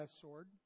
sword